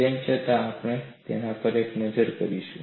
તેમ છતાં આપણે તેના પર એક નજર કરીશું